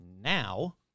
now